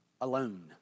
alone